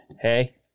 Hey